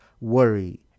worry